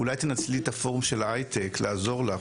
אולי תנצלי את הפורום של ההייטק לעזור לך,